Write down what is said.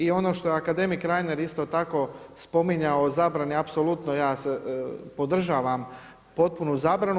I ono što je akademik Reiner isto tako spominjao o zabrani, apsolutno ja podržavam potpunu zabranu.